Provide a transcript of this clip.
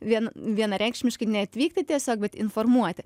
vien vienareikšmiškai neatvykti tiesiog bet informuoti